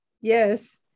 yes